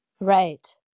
Right